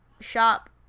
shop